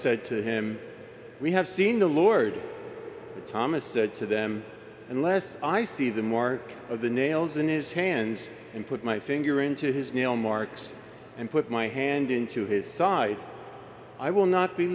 said to him we have seen the lord thomas said to them unless i see the mark of the nails in his hands and put my finger into his nail marks and put my hand into his side i will not be